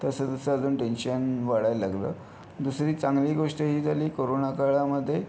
तसं तसं अजून टेंशन वाढायला लागलं दुसरी चांगली गोष्ट ही झाली कोरोना काळामध्ये